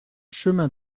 chemin